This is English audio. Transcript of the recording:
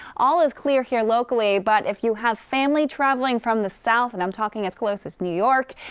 all is clear here locally, but if you have family traveling from the south, and i'm talking as close as new york,